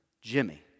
Jimmy